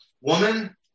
woman